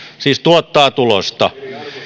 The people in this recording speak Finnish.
siis tuottaa tulosta